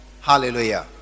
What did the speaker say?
hallelujah